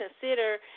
consider